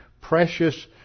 precious